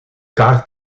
kaart